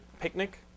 picnic